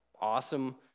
awesome